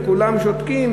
וכולם שותקים,